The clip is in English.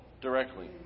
directly